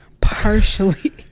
partially